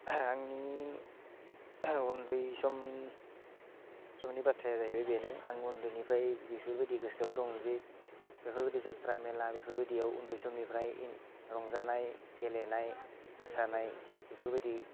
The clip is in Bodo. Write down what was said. आंनि उन्दै सम समनि बाथ्राया जाहैबाय बेनो आं उन्दैनिफ्राय बेफोरबायदि गोसोआव दं जे बेफोरबायदि जात्रा मेला बेफोरबायदियाव उन्दै समनिफ्राय रंजानाय गेलेनाय मोसानाय बेफोरबायदि